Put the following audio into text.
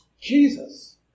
Jesus